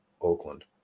Oakland